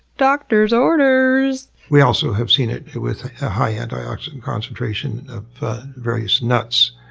doctor's orders! we also have seen it it with a high antioxidant concentration of various nuts